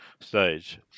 stage